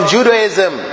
Judaism